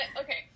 okay